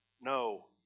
No